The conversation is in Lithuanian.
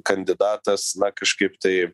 kandidatas na kažkaip taip